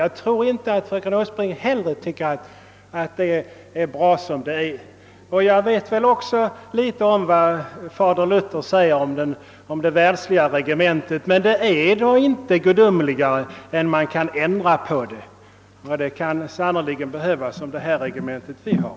Jag tror inte att fröken Åsbrink heller tycker att det är bra som det är. Jag vet också litet om vad fader Luther säger om det världsliga regementet, men det är väl ändå inte gudomligare än att man kan ändra på det, och det kan sannerligen behövas med det regemente som vi har.